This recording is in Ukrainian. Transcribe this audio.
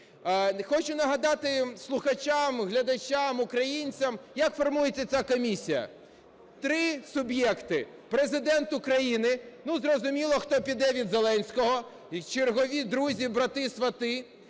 Хочу нагадати слухачам, глядачам, українцям як формується ця комісія. Три суб'єкти: Президент України (зрозуміло, хто піде від Зеленського – чергові друзі, брати, свати),